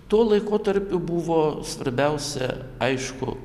tuo laikotarpiu buvo svarbiausia aišku